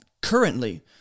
currently